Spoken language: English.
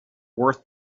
worth